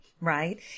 right